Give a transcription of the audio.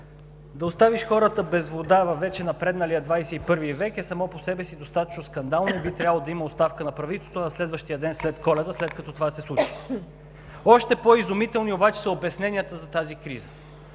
Да оставиш хората без вода във вече напредналия XXI век е само по себе си достатъчно скандално и би трябвало да има оставка на правителството на следващия ден след Коледа, след като това се случи. Още по-изумителни обаче са обясненията за тази криза.